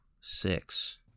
Six